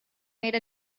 made